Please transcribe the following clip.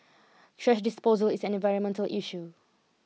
trash disposal is an environmental issue